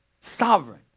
sovereign